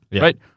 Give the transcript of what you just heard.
right